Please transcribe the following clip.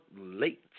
late